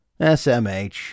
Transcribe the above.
SMH